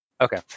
Okay